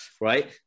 right